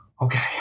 Okay